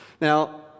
Now